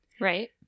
Right